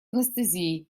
анестезией